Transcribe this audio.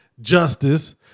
justice